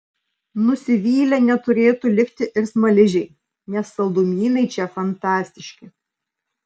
nusivylę neturėtų likti ir smaližiai nes saldumynai čia fantastiški